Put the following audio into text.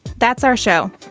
that's our show.